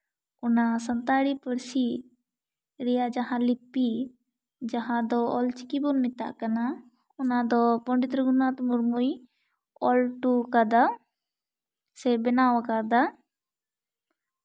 ᱚᱱᱟ ᱥᱟᱱᱛᱟᱲᱤ ᱯᱟᱹᱨᱥᱤ ᱨᱮᱭᱟᱜ ᱡᱟᱦᱟᱸ ᱞᱤᱯᱤ ᱡᱟᱦᱟᱸ ᱫᱚ ᱚᱞ ᱪᱤᱠᱤ ᱵᱚᱱ ᱢᱮᱛᱟᱜ ᱠᱟᱱᱟ ᱚᱱᱟ ᱫᱚ ᱯᱚᱱᱰᱤᱛ ᱨᱩᱜᱷᱩᱱᱟᱛᱷ ᱢᱩᱨᱢᱩᱭ ᱚᱞ ᱦᱚᱴᱚ ᱟᱠᱟᱫᱟ ᱥᱮ ᱵᱮᱱᱟᱣ ᱟᱠᱟᱫᱟ